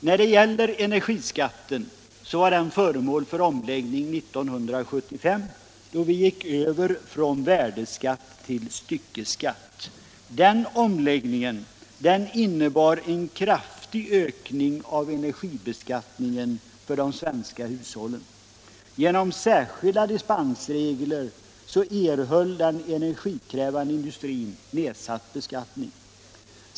När det gäller energiskatten var denna föremål för omläggning 1975, då vi gick över från värdeskatt till styckeskatt. Den omläggningen innebar en kraftig ökning av energibeskattningen för de svenska hushållen. Genom särskilda dispensregler erhöll den energikrävande industrin nedsatt beskattning.